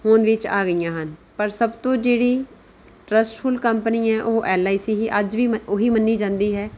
ਹੋਂਦ ਵਿੱਚ ਆ ਗਈਆਂ ਹਨ ਪਰ ਸਭ ਤੋਂ ਜਿਹੜੀ ਟਰੱਸਟਫੁੱਲ ਕੰਪਨੀ ਹੈ ਉਹ ਐੱਲ ਆਈ ਸੀ ਹੀ ਅੱਜ ਵੀ ਉਹੀ ਮੰਨੀ ਜਾਂਦੀ ਹੈ